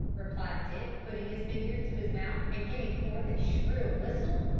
replied dick, putting his fingers to his mouth and giving forth a shrill whistle.